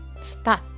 Start